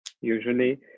usually